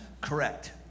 Correct